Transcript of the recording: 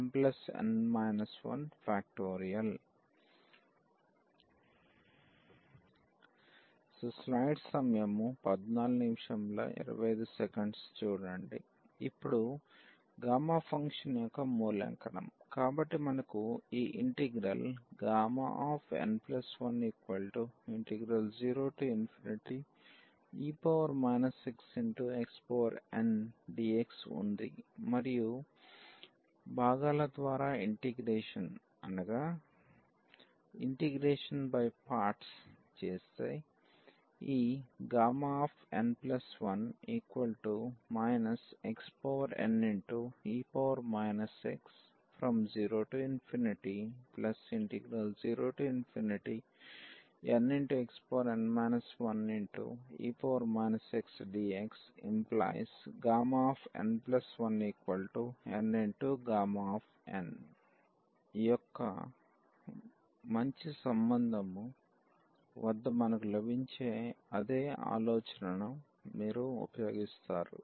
ఇప్పుడు gamma function యొక్క మూల్యాంకనం కాబట్టి మనకు ఈ ఇంటిగ్రల్ n10e xxndx ఉంది మరియు భాగాల ద్వారా ఇంటిగ్రేషన్ చేస్తే ఈ n1 xne x |00nxn 1e xdx⟹Γn1nΓn యొక్క మంచి సంబంధము వద్ద మనకు లభించే అదే ఆలోచనను మీరు ఉపయోగిస్తారు